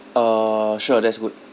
uh sure that's good